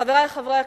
חברי חברי הכנסת,